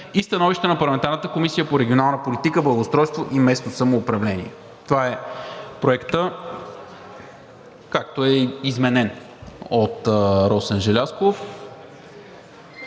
и становище на парламентарната Комисия по регионална политика, благоустройство и местно самоуправление.“ Това е Проектът, както е изменен от Росен Желязков.